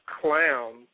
clown